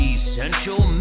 Essential